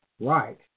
right